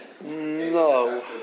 No